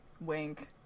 Wink